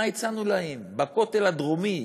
מה הצענו להם בכותל הדרומי.